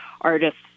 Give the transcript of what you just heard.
artists